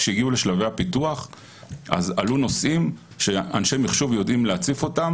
כשהגיעו לשלבי הפיתוח עלו נושאים שאנשי מחשוב יודעים להציף אותם